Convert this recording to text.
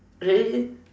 really